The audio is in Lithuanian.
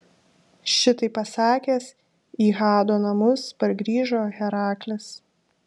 šitai pasakęs į hado namus pargrįžo heraklis